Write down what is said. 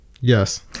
Yes